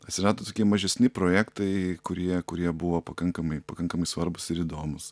atsirado tokie mažesni projektai kurie kurie buvo pakankamai pakankamai svarbūs ir įdomūs